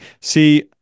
See